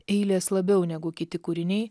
eilės labiau negu kiti kūriniai